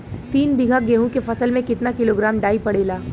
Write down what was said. तीन बिघा गेहूँ के फसल मे कितना किलोग्राम डाई पड़ेला?